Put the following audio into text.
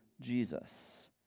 Jesus